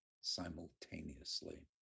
simultaneously